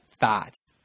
thoughts